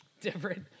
Different